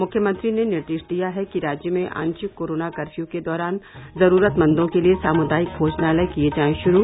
मुख्यमंत्री ने निर्देश दिया है कि राज्य में आंशिक कोरोना कर्फ्यू के दौरान जरूरतमंदों के लिये सामुदायिक भोजनालय किये जायें शुरू